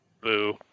Boo